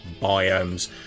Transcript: biomes